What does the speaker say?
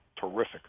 terrific